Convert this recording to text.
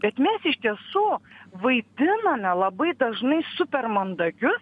bet mes iš tiesų vaidiname labai dažnai super mandagius